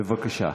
בבקשה.